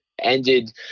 ended –